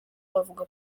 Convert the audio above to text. bavuga